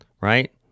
Right